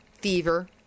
fever